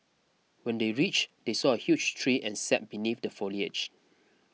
when they reached they saw a huge tree and sat beneath the foliage